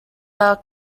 are